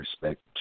respect